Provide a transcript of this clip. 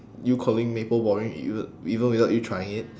you calling maple boring even even without you trying it